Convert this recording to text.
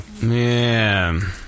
Man